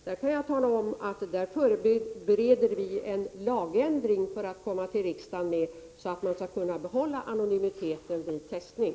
Jag kan emellertid tala om att vi förbereder ett förslag till lagändring, som vi ämnar förelägga riksdagen. Denna lagändring innebär att man skall kunna behålla anonymiteten vid testning.